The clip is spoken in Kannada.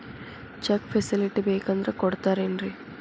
ಚೆಕ್ ಫೆಸಿಲಿಟಿ ಬೇಕಂದ್ರ ಕೊಡ್ತಾರೇನ್ರಿ?